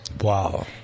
Wow